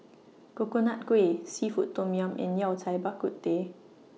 Coconut Kuih Seafood Tom Yum and Yao Cai Bak Kut Teh